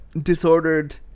disordered